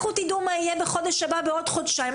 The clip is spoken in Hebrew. לכו תדעו מה יהיה בחודש הבא או בעוד חודשיים,